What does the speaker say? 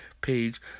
page